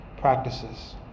practices